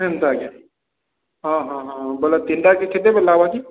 ଏନ୍ତା ଆଜ୍ଞା ହଁ ହଁ ବୋଲେ ତିନଟା ଅଛି କେତେବେଳେ ହବ କି